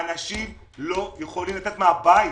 האנשים לא יכולים לצאת מהבית.